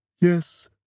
Yes